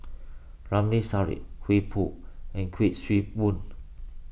Ramli Sarip Hoey and Kuik Swee Boon